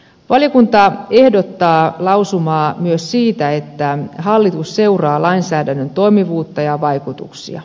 valiokunta ehdottaa lausumaa myös siitä että hallitus seuraa lainsäädännön toimivuutta ja vaikutuksia